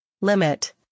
limit